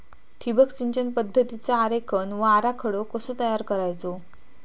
ठिबक सिंचन पद्धतीचा आरेखन व आराखडो कसो तयार करायचो?